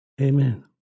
Amen